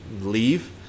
leave